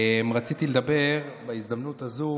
רציתי לדבר בהזדמנות הזאת